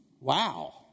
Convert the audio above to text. Wow